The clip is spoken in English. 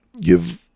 give